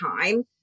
time